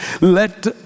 let